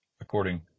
according